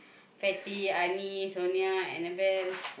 fatty Ani sonia Annabelle